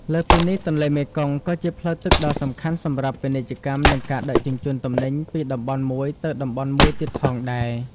លើសពីនេះ ទន្លេមេគង្គក៏ជាផ្លូវទឹកដ៏សំខាន់សម្រាប់ពាណិជ្ជកម្ម និងការដឹកជញ្ជូនទំនិញពីតំបន់មួយទៅតំបន់មួយទៀតផងដែរ។